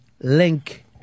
link